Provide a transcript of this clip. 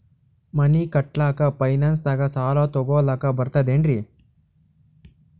ಮನಿ ಕಟ್ಲಕ್ಕ ಫೈನಾನ್ಸ್ ದಾಗ ಸಾಲ ತೊಗೊಲಕ ಬರ್ತದೇನ್ರಿ?